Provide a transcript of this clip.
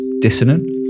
dissonant